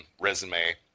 resume